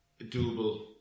doable